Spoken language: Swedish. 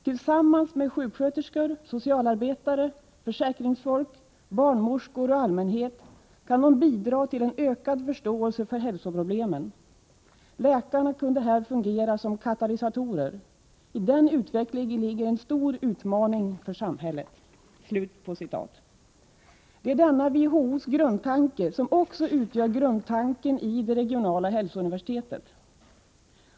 Tillsammans med sjuksköterskor, socialarbetare, försäkringsfolk, barnmorskor och allmänhet kan de bidra till en ökad förståelse för hälsoproblemen. Läkarna kunde här fungera som katalysatorer. I den utvecklingen ligger en stor utmaning för samhället.” Denna WHO:s grundtanke utgör grundtanken också i det regionala hälsouniversitetet.